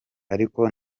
ariko